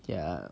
ya